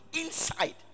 inside